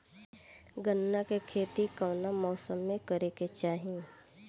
गन्ना के खेती कौना मौसम में करेके चाही?